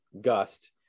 gust